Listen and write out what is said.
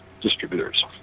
distributors